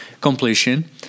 completion